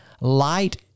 light